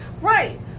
Right